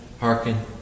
hearken